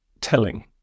telling